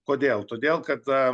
kodėl todėl kad